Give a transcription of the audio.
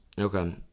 Okay